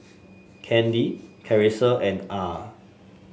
Kandi Karissa and Ah